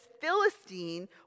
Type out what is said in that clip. Philistine